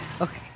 okay